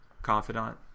confidant